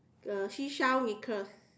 uh seashell necklace